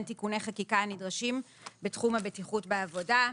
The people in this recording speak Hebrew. תיקוני החקיקה הנדרשים בתחום הבטיחות בעבודה,